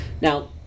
Now